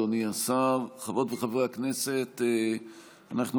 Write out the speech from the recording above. כן, חקלאות זה לא בדיוק בוננזה בדרך כלל,